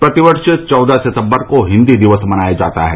प्रति वर्ष चौदह सितंबर को हिन्दी दिवस मनाया जाता है